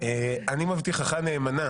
אני מבטיחך נאמנה